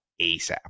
ASAP